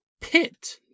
pit